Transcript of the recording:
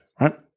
right